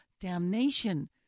damnation